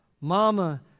Mama